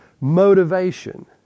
motivation